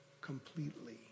completely